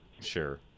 sure